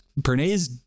Bernays